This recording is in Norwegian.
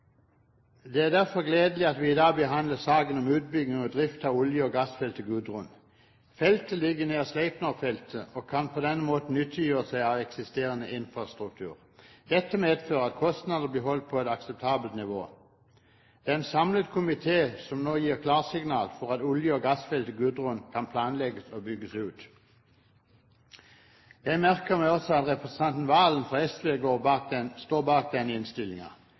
Det er derfor gledelig at vi i dag behandler saken om utbygging og drift av olje- og gassfeltet Gudrun. Feltet ligger nær Sleipnerfeltet og kan dermed nyttiggjøre seg eksisterende infrastruktur. Dette medfører at kostnadene blir holdt på et akseptabelt nivå. Det er en samlet komité som nå gir klarsignal for at olje- og gassfeltet Gudrun kan planlegges og bygges ut. Jeg merker meg at også representanten Serigstad Valen fra SV står bak